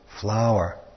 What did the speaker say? flower